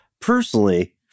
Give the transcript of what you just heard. Personally